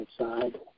outside